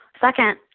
Second